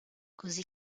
così